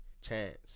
Chance